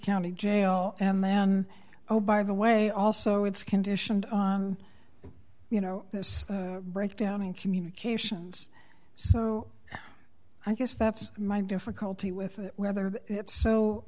county jail and then oh by the way also it's conditioned you know this breakdown in communications so i guess that's my difficulty with it whether it's so